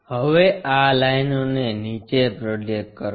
હવે આ લાઈનોને નીચે પ્રોજેક્ટ કરો